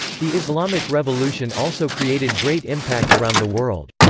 the islamic revolution also created great impact around the world.